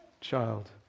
child